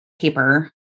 paper